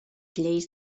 lleis